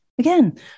again